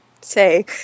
say